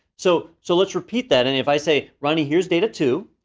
so so let's repeat that, and if i say ronnie, here's data two.